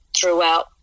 throughout